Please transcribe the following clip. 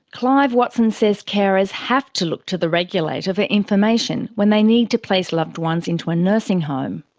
clive watson says carers have to look to the regulator for information when they need to place loved ones into a nursing home.